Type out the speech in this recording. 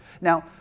Now